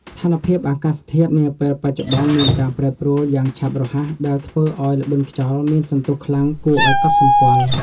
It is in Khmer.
ស្ថានភាពអាកាសធាតុនាពេលបច្ចុប្បន្នមានការប្រែប្រួលយ៉ាងឆាប់រហ័សដែលធ្វើឱ្យល្បឿនខ្យល់មានសន្ទុះខ្លាំងគួរឱ្យកត់សម្គាល់។